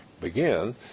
begin